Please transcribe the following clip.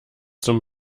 zum